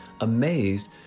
amazed